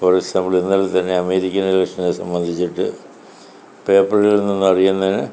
ഒരു ദിവസം നമ്മൾ ഇന്നലെ തന്നെ അമേരിക്കനെ സംബന്ധിച്ചിട്ട് പേപ്പറിൽ നിന്ന് അതറിയുന്നതിന്